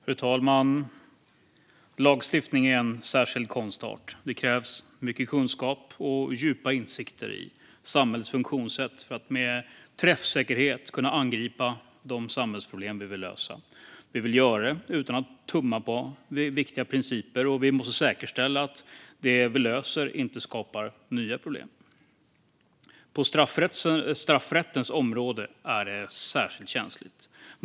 Fru talman! Lagstiftning är en särskild konstart. Det krävs mycket kunskap och djupa insikter i samhällets funktionssätt för att med träffsäkerhet kunna angripa de samhällsproblem vi vill lösa. Vi vill göra det utan att tumma på viktiga principer, och vi måste säkerställa att det vi löser inte skapar nya problem. På straffrättens område är det särskilt känsligt.